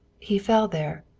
he fell there,